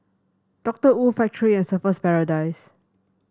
Doctor Wu Factorie and Surfer's Paradise